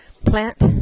plant